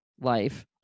life